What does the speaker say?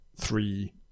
three